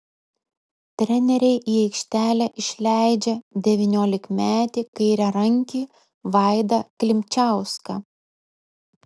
treneriai į aikštelę išleidžia devyniolikmetį kairiarankį vaidą klimčiauską